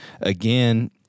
Again